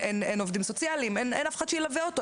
אין עובדים סוציאליים, אין אף אחד שילווה אותו.